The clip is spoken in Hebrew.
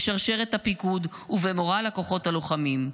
בשרשרת הפיקוד ובמורל הכוחות הלוחמים.